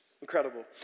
Incredible